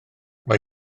mae